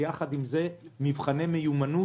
ויחד עם זה מבחני מיומנות.